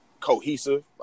cohesive